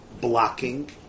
blocking